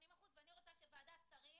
ואני רוצה שוועדת השרים